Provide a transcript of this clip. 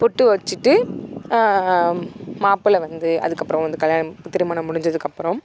பொட்டு வச்சிவிட்டு மாப்பிள்ள வந்து அதுக்கப்புறம் வந்து கல்யாணம் திருமணம் முடிஞ்சதுக்கு அப்புறம்